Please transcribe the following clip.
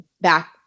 back